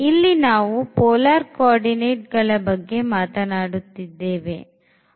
ಇಲ್ಲಿ ನಾವು polar coordinateಗಳ ಬಗ್ಗೆ ಮಾತನಾಡುತ್ತಿದ್ದೇವೆ